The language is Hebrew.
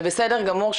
זה בסדר גמור,